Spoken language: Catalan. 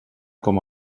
com